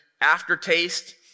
aftertaste